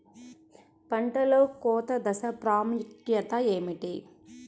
పంటలో కోత దశ ప్రాముఖ్యత ఏమిటి?